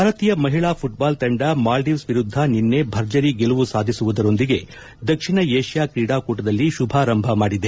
ಭಾರತೀಯ ಮಹಿಳಾ ಫುಟ್ಬಾಲ್ ತಂಡ ಮಾಲ್ಡೀವ್ಸ್ ವಿರುದ್ದ ನಿನ್ನೆ ಭರ್ಜರಿ ಗೆಲುವು ಸಾಧಿಸುವುದರೊಂದಿಗೆ ದಕ್ಷಿಣ ಏಷ್ಯಾ ಕೊಟದಲ್ಲಿ ಶುಭಾರಂಭ ಮಾಡಿದೆ